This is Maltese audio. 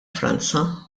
franza